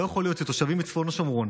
לא יכול להיות שתושבים בצפון השומרון,